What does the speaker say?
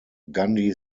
gandhi